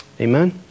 amen